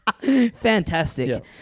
Fantastic